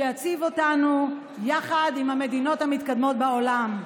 שיציב אותנו יחד עם המדינות המתקדמות בעולם.